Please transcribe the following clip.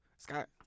Scott